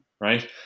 right